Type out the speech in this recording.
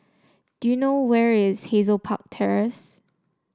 do you know where is Hazel Park Terrace